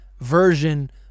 version